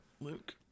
luke